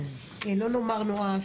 לא נאמר נואש,